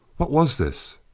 what was this?